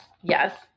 Yes